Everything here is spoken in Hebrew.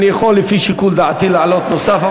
אני יכול לפי שיקול דעתי להעלות נוסף,